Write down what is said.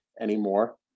anymore